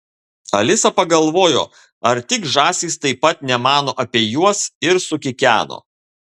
alisa pagalvojo ar tik žąsys taip pat nemano apie juos ir sukikeno